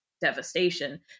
devastation